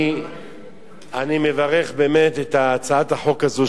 אני מברך באמת על הצעת החוק הזו,